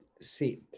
See